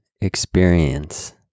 experience